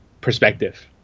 perspective